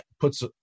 puts